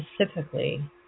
specifically